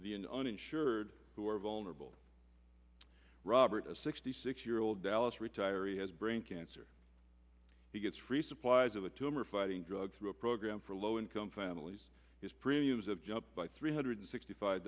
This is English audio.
the an uninsured who are vulnerable robert a sixty six year old dallas retiree has brain cancer he gets free supplies of a tumor fighting drug through a program for low income families his premiums have jumped by three hundred sixty five